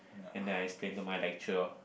and then I explained to my lecturer